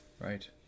right